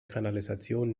kanalisation